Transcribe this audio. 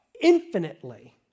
infinitely